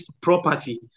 property